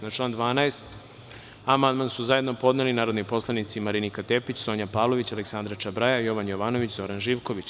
Na član 12. amandman su zajedno podneli narodni poslanici Marinika Tepić, Sonja Pavlović, Aleksandra Čobraja, Jovan Jovanović i Zoran Živković.